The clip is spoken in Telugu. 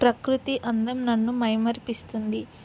ప్రకృతి అందం నన్ను మైమరపిస్తుంది